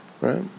Right